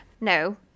No